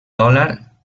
dòlar